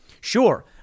Sure